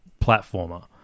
platformer